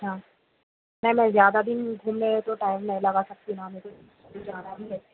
ہاں نہیں میں زیادہ دن گھومنے تو ٹائم نہیں لگا سکتی میم لیکن مجھے جانا بھی ہے